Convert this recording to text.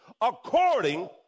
According